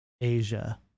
Asia